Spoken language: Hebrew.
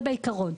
זה בעיקרון,